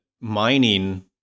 mining